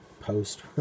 post